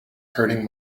hurting